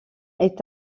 est